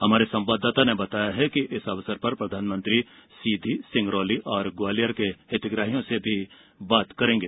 हमारे संवाददाता ने बताया है कि इस अवसर पर प्रधानमंत्री सीधी सिंगरौली और ग्वालियर के हितग्राहियों से बात भी करेंगे